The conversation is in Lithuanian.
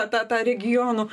tą tą regionų